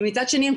ומצד שני,